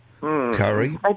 curry